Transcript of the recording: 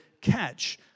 catch